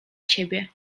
ciebie